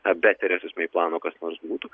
be teresos mei plano kas nors būtų